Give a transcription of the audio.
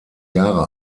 jahre